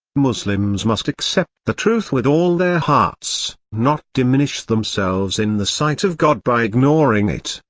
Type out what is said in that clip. muslims must accept the truth with all their hearts, not diminish themselves in the sight of god by ignoring it.